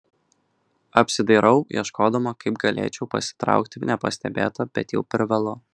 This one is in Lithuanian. apsidairau ieškodama kaip galėčiau pasitraukti nepastebėta bet jau per vėlu